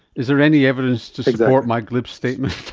is there any evidence to support my glib statement